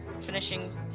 finishing